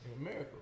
America